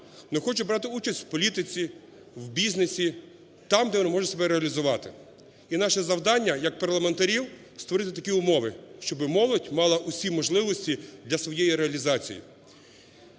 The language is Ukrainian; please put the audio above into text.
вони хочуть брати участь в політиці, в бізнесі там, де вони можуть себе реалізувати. І наше завдання, як парламентарів створити такі умови, щоб молодь мала всі можливості для своєї реалізації.